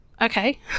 Okay